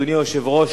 אדוני היושב-ראש,